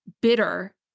bitter